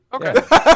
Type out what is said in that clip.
okay